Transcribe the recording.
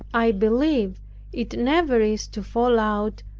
i believe it never is to fall out,